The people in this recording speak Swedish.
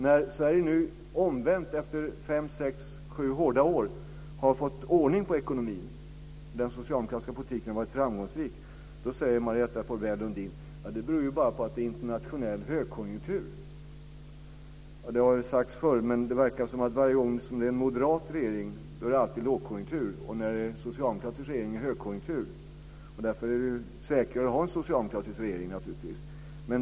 När Sverige nu omvänt efter fem sex sju hårda år har fått ordning på ekonomin - den socialdemokratiska politiken har varit framgångsrik - säger Marietta de Pourbaix-Lundin att det bara beror på att det är internationell högkonjunktur. Det har sagts förr, men det verkar som att det varje gång det är en moderat regering är lågkonjunktur och varje gång det är en socialdemokratisk regering är högkonjunktur. Därför är det säkrare att ha en socialdemokratisk regering, naturligtvis.